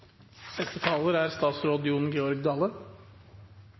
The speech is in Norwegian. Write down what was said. Neste talar er